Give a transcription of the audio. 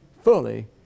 fully